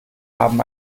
haben